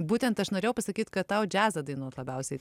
būtent aš norėjau pasakyt kad tau džiazą dainuot labiausiai